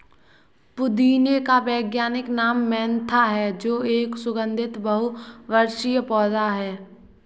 पुदीने का वैज्ञानिक नाम मेंथा है जो एक सुगन्धित बहुवर्षीय पौधा है